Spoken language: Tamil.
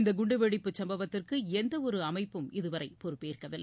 இந்த குண்டுவெடிப்பு சம்பவத்திற்கு எந்தவொரு அமைப்பும் இதுவரை பொறுப்பேற்கவில்லை